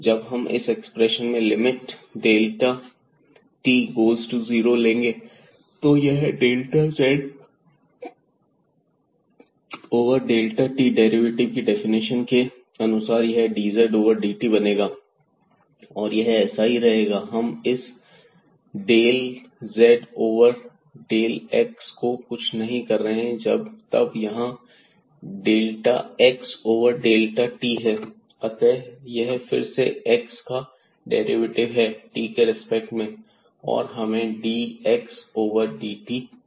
जब हम इस एक्सप्रेशन में limit delta t goes to 0 लेंगे तो यह delta z over delta t derivative की डेफिनेशन के अनुसार यह dz ओवर dt बनेगा और यह ऐसा ही रहेगा हम इस del z over del x को कुछ नहीं कर रहे हैं तब यहां delta x over delta t है अतः यह फिर से x का डेरिवेटिव है t के रेस्पेक्ट में और हमें dx ओवर dt मिलता है